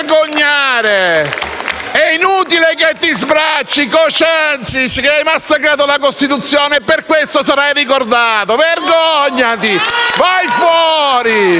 vergognare! È inutile che ti sbracci, Cociancich, hai massacrato la Costituzione e per questo sarai ricordato, vergognati! Vai fuori